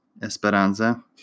Esperanza